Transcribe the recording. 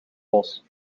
bos